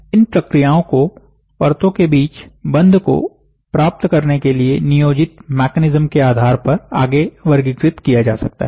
इन प्रक्रियाओं को परतो के बीच बंध को प्राप्त करने के लिए नियोजित मैकेनिज्म के आधार पर आगे वर्गीकृत किया जा सकता है